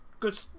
Good